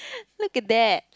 look at that